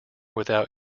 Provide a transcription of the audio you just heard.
without